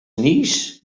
knees